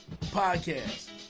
podcast